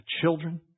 children